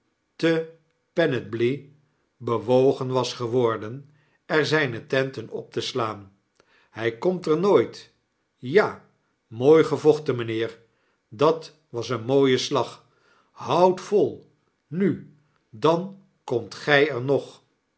te p enethly bewogen was geworden erzynetenten op te slaan hy komt er nooit i ja mooigevochten meneer dat was een mooie slag houd vol nu dan komt gy er nog